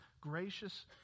gracious